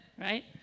right